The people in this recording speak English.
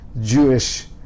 Jewish